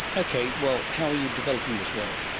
okay, well, how are you developing this work?